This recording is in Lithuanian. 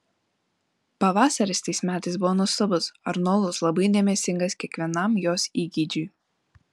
pavasaris tais metais buvo nuostabus arnoldas labai dėmesingas kiekvienam jos įgeidžiui